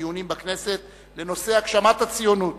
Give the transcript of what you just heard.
דיונים בכנסת לנושא הגשמת הציונות